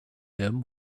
him